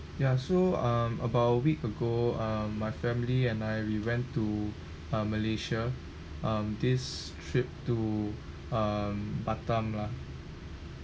yeah so um about week ago um my family and I we went to uh malaysia um this trip to um batam lah